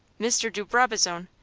mr. de brabazon!